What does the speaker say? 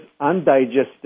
undigested